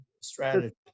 strategy